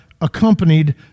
accompanied